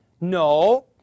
No